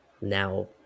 now